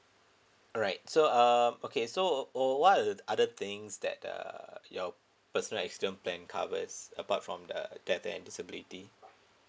alright so um okay so uh what are the other things that uh your personal accident plan covers apart from the death and disability